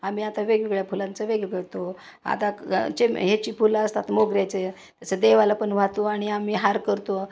आम्ही आता वेगवेगळ्या फुलांचं वेगळं करतो आता चेम ह्याची फुलं असतात मोगऱ्याचे तसं देवाला पण वाहतो आणि आम्ही हार करतो